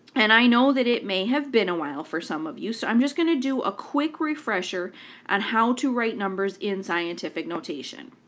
and i know that it may have been awhile for some of you, so i'm just going to do a quick refresher on how to write numbers in scientific notation,